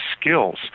skills